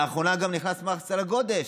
לאחרונה גם נכנס מס על הגודש.